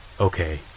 Okay